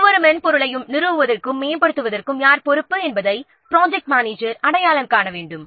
ஒவ்வொரு மென்பொருளையும் நிறுவுவதற்கும் மேம்படுத்துவதற்கும் யார் பொறுப்பு என்பதை ப்ராஜெக்ட் மேனேஜர் அடையாளம் காண வேண்டும்